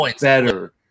better